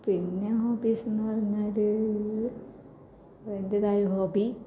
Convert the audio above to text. പിന്നെ ഹോബീസ്സെന്നു പറഞ്ഞാൽ എന്ത് ഹോബി